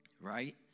right